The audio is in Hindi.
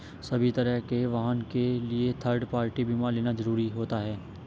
सभी तरह के वाहन के लिए थर्ड पार्टी बीमा लेना जरुरी होता है